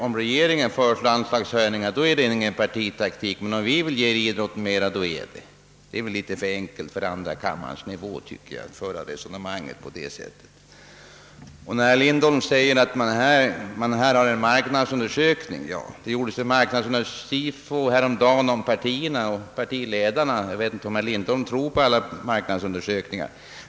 Om regeringen föreslår anslagshöjningar är det ingen partitaktik, men om vi vill ge idrotten mera, då är det partitaktik. Det är väl litet för enkelt för andra kammarens nivå att föra resonemanget på det sättet. Herr Lindholm säger beträffande ett idrottslotteri att det gjorts en marknadsundersökning. Ja, det gjordes en marknadsundersökning av SIFO häromdagen om partierna och partiledarna, och jag vet inte om herr Lindholm tror på alla marknadsundersökningar.